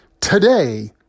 today